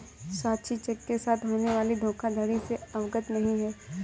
साक्षी cheque के साथ होने वाली धोखाधड़ी से अवगत नहीं है